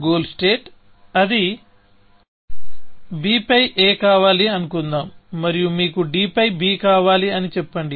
goal state అది B పై A కావాలి అనుకుందాం మరియు మీకు D పై B కావాలి అని చెప్పండి